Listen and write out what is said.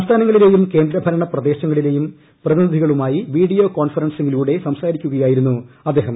സംസ്ഥാനങ്ങളിലെയും കേന്ദ്ര ഭരണ പ്രദേശങ്ങളിലെയും പ്രതിനിധികളുമായി വീഡിയോ കോൺഫറൻസിംഗിലൂടെ സംസാരിക്കുകയായിരുന്നു അദ്ദേഹം